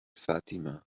fatima